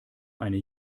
eine